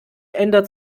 ändert